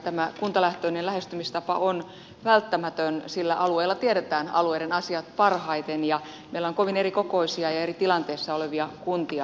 tämä kuntalähtöinen lähestymistapa on välttämätön sillä alueilla tiedetään alueiden asiat parhaiten ja meillä on kovin erikokoisia ja eri tilanteissa olevia kuntia suomenmaassa